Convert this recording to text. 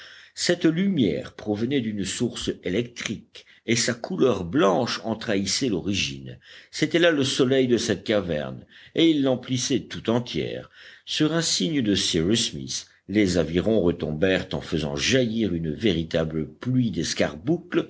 cette lumière provenait d'une source électrique et sa couleur blanche en trahissait l'origine c'était là le soleil de cette caverne et il l'emplissait tout entière sur un signe de cyrus smith les avirons retombèrent en faisant jaillir une véritable pluie